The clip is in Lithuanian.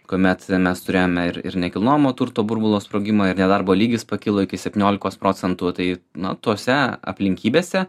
kuomet mes turėjome ir ir nekilnojamo turto burbulo sprogimą ir nedarbo lygis pakilo iki septyniolikos procentų tai nu tose aplinkybėse